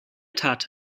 tat